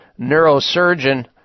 neurosurgeon